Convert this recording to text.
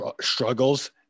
struggles